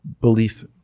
belief